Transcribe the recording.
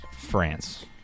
France